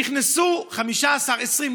נכנסו 15 20,